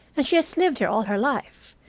and she has lived here all her life.